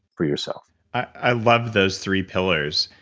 for yourself i love those three pillars.